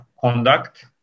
conduct